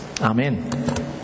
Amen